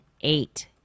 eight